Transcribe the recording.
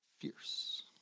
fierce